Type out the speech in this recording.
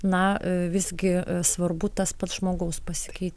na visgi svarbu tas pats žmogaus pasikeiti